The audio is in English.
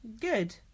good